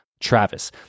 Travis